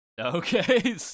Okay